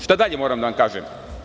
Šta dalje moram da vam kažem?